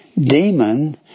demon